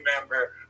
member